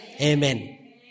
Amen